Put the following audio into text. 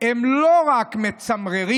הם לא רק מצמררים,